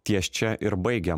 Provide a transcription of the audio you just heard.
ties čia ir baigiam